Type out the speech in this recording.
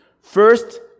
First